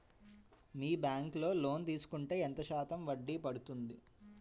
మీ bank లో loan తీసుకుంటే ఎంత శాతం వడ్డీ పడ్తుంది?